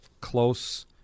close